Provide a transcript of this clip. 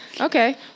Okay